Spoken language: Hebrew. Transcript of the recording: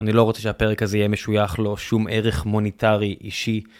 אני לא רוצה שהפרק הזה יהיה משוייך לו, שום ערך מוניטרי אישי.